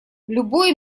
любой